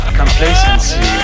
complacency